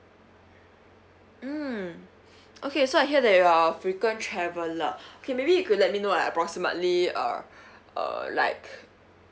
mm okay so I hear that you're a frequent traveler okay maybe you could let me know like approximately uh uh like